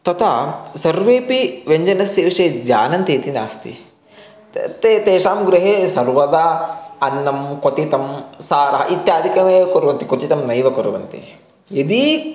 तथा सर्वेऽपि व्यञ्जनस्य विषये जानन्ति इति नास्ति ते तेषां गृहे सर्वदा अन्नं क्वथितः सारः इत्यादिकमेव कुर्वन्ति क्वथितं नैव कुर्तन्ति यदि